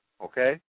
okay